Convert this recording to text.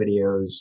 videos